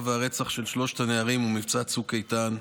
והרצח של שלושת הנערים במבצע צוק איתן,